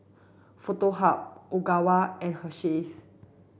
Foto Hub Ogawa and Hersheys